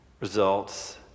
results